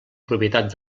propietat